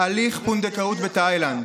הליך פונדקאות בתאילנד.